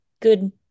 good